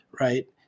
Right